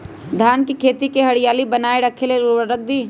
धान के खेती की हरियाली बनाय रख लेल उवर्रक दी?